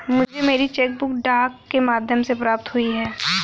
मुझे मेरी cheque book डाक के माध्यम से प्राप्त हुई है